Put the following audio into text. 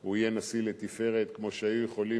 הוא יהיה נשיא לתפארת כמו שהיו יכולים